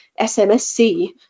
SMSC